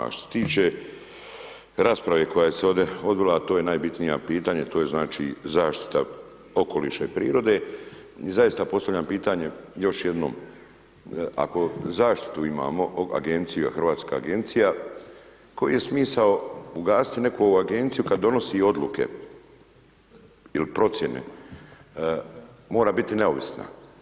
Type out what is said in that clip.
A što se tiče rasprave koja se ovde odvila, a to je najbitnije pitanje to je znači zaštita okoliša i prirode i zaista postavljam pitanje još jednom ako zaštitu imamo agencija, hrvatska agencija, koji je smisao ugasiti neku agenciju kad donosi odluke il procjene, mora biti neovisna.